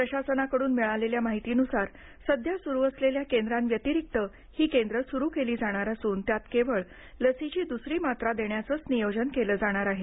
प्रशासनाकडून मिळालेल्या माहितीनुसार सध्या सुरु असलेल्या केंद्रांव्यतिरिक्त ही केंद्र सुरु केली जाणार असून त्यात केवळ लसीची द्सरी मात्रा देण्याचंच नियोजन केलं जाणार आहे